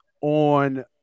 on